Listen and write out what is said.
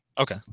okay